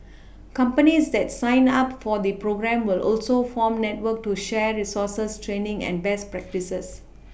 companies that sign up for the programme will also form network to share resources training and best practices